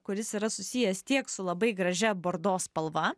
kuris yra susijęs tiek su labai gražia bordo spalva